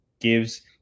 gives